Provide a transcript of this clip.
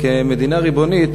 כמדינה ריבונית,